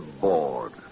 bored